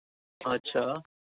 ہاں اچھا